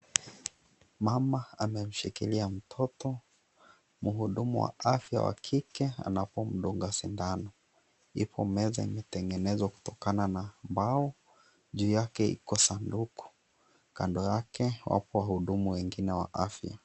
Mama amemshikilia mtoto mhudumu wa afya wa kike anamdunga sindano. Iko meza imetengenezwa kutokana na mbao, juu yake iko sanduku, kando yake wapo wahudumu wengine wa afya.